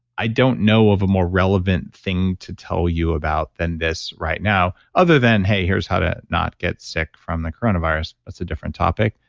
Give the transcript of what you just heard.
i don't know of a more relevant thing to tell you about than this right now other than, hey, here's how to not get sick from the coronavirus. that's a different topic.